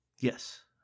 Yes